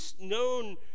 known